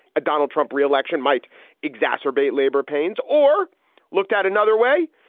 a donald trump re-election might exacerbate labor pains or looked at another way,